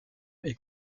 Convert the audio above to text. est